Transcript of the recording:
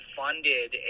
funded